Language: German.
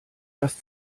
das